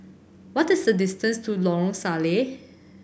what is the distance to Lorong Salleh